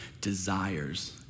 desires